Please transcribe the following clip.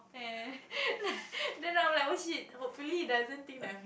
ten then I am like what shit hopefully he doesn't think that I'm